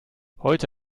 heute